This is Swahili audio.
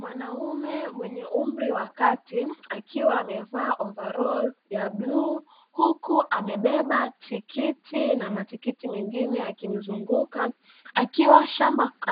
Mwanaume mwenye umri wa kati akiwa amevaa ovaroli ya bluu huku amebeba tikiti na matikiti mengine yakimzunguka,